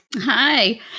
Hi